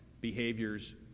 behaviors